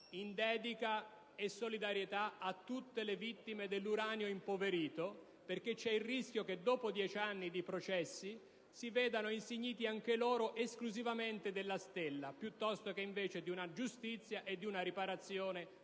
in dedica e solidarietà a tutte le vittime dell'uranio impoverito, perché si corre il rischio che, dopo dieci anni di processi, si vedano insignite esclusivamente della Stella, piuttosto che ricevere giustizia e una riparazione,